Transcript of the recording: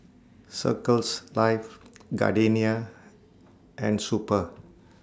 Circles Life Gardenia and Super